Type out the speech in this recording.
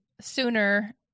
Sooner